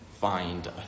find